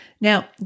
Now